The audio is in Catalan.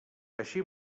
així